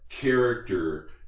character